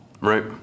right